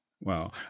Wow